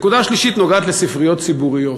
נקודה שלישית נוגעת לספריות ציבוריות.